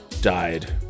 Died